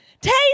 Taste